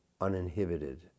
uninhibited